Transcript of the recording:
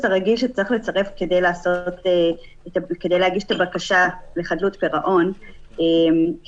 הרגיל שצריך לצרף כדי להגיש את הבקשה לחדלות פירעון כתנאי,